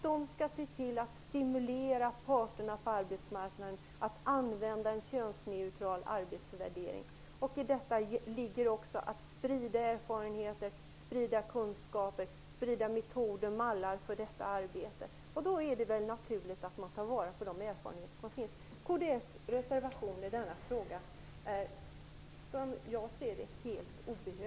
De skall se till att stimulera parterna på arbetsmarknaden att använda en könsneutral arbetsvärdering. I detta ingår också att sprida erfarenheter, kunskaper, metoder och mallar för detta arbete. Då är det väl naturligt att man tar vara på de erfarenheter som finns. Kds reservation är helt obehövlig, som jag ser det.